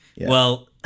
Well-